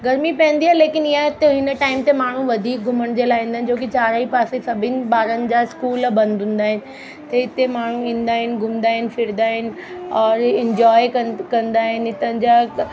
गर्मी पवंदी आहे लेकिन इहा हिते हिन टाइम ते माण्हू वधीक घुमण जे लाइ ईंदा आहिनि छोकी चारई पासे सभिनि ॿारनि जा स्कूल बंदि हूंदा आहिनि त इते माण्हू ईंदा आहिनि घुमंदा आहिनि फिरंदा आहिनि औरि इंजॉय कनि कंदा आहिनि हितां जा